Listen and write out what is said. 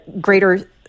greater